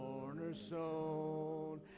cornerstone